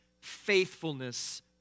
faithfulness